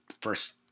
first